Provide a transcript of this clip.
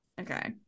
Okay